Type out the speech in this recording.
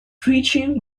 preaching